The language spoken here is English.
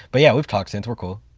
but yeah, we've talked since. we're cool.